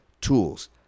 tools